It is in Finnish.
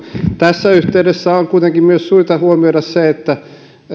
tässä yhteydessä on kuitenkin myös syytä huomioida se että